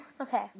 Okay